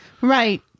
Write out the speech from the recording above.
right